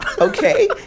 okay